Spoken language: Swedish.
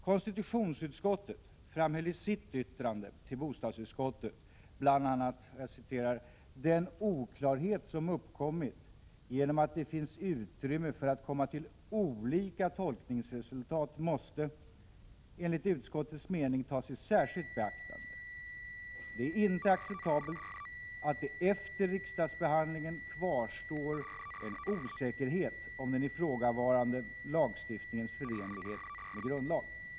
Konstitutionsutskottet framhöll i sitt yttrande KU 1985/86:8 y till bostadsutskottet bl.a. att ”den oklarhet som uppkommit genom att det finns utrymme för att komma till olika tolkningsresultat måste enligt utskottets mening tas i särskilt beaktande. Det är inte acceptabelt att det efter riksdagsbehandlingen kvarstår en osäkerhet om den ifrågavarande lagstiftningens förenlighet med grundlag.